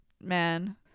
man